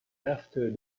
after